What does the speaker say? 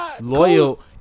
Loyal